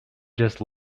just